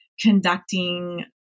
conducting